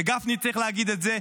וגפני צריך להגיד את זה,